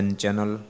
channel